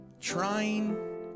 trying